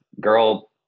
girl